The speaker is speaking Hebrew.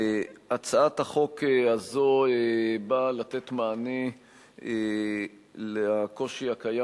הצעת החוק הזאת באה לתת מענה לקושי הקיים